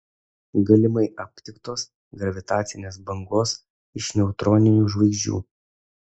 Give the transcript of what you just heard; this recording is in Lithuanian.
galimai aptiktos gravitacinės bangos iš neutroninių žvaigždžių